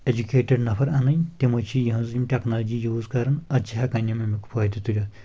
educated نَفَر اَنٕنۍ تِمے چھِ یِہٕنٛز یِہ ٹیٚکنالجی یوٗز کران اَدٕ چھِ ہؠکان یِم امیُک فٲیدٕ تُلِتھ